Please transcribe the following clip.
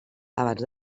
abans